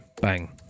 Bang